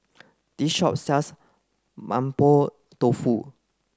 this shop sells Mapo Tofu